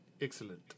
Excellent